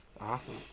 Awesome